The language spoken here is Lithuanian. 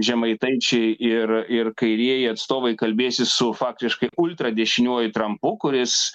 žemaitaičiai ir ir kairieji atstovai kalbėsis su faktiškai ultradešinioji trampu kuris